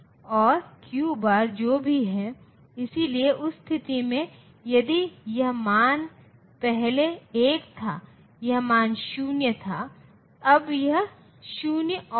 अब इनमें से प्रत्येक लॉजिक इन लॉजिक फैमिलीज़ उन्हें इस हाई लॉजिकLogic और लौ लॉजिक संकेत के अलग अलग व्याख्या मिली है